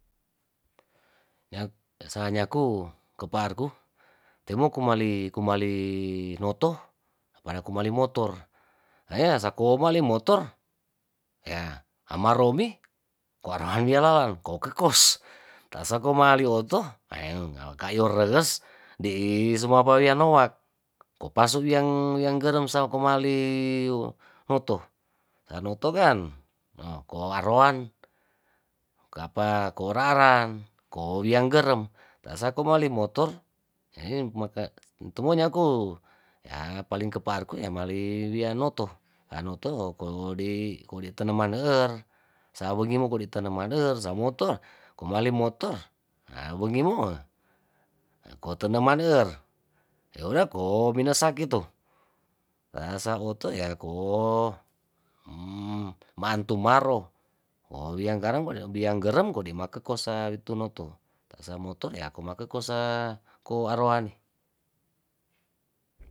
nya' sala nyaku keparku temo kumali kumali noto, apadaku mali motor nasakoma le motor ya hamaromi ko arohamiya lawang ko kerkos, taso kemali oto ka' yo reres di sumapou iya noak, ko pasu yang yang gerem sama komali hoto, tanotokan hoo ko aroan kapa ko raran ko yang gerem tasakomoali motor hee maka tomo nyaku ya paling ke parkuy ya mali lia noto, noto kode kode tanaman neer sawagi mode' taneman noor samotor komaling motor wegimume ko tenemaneer ore ko minosakito yaa sa ote yaa koh maantu maro kowiyangkareng biyangkereng kodi makekosa tunoto ta sa motor yaa kumeke kosa ko arowane.